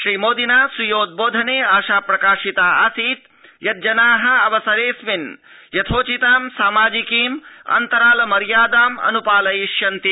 श्रीमोदिना स्वीयोद्वोधने आशा प्रकाशिता आसीत् यद् जनाः अवसरेऽस्मिन् यथोचितां सामाजिकीम् अन्तराल मर्यादाम् अनुपालयिष्यन्ति